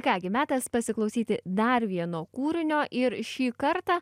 ką gi metas pasiklausyti dar vieno kūrinio ir šį kartą